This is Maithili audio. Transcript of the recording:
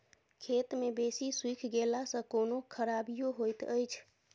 खेत मे बेसी सुइख गेला सॅ कोनो खराबीयो होयत अछि?